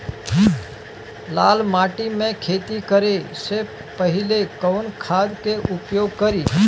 लाल माटी में खेती करे से पहिले कवन खाद के उपयोग करीं?